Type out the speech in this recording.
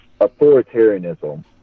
authoritarianism